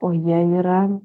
o jie nėra